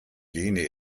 lehne